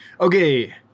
Okay